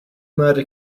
murder